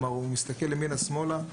הוא מסתכל ימינה ושמאלה,